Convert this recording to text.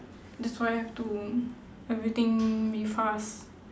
that's why have to everything be fast